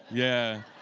yeah,